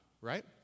right